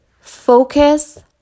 Focus